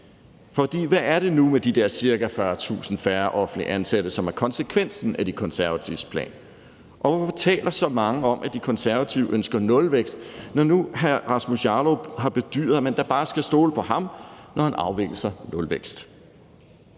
hvad er det nu med de der cirka 40.000 færre offentligt ansatte, som er konsekvensen af De Konservatives plan, og hvorfor taler så mange om, at De Konservative ønsker nulvækst, når nu hr. Rasmus Jarlov har bedyret, at man da bare skal stole på ham, når han afviser nulvækst?